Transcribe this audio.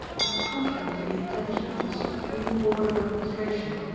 it was contrary to the intention of the supreme board of administration,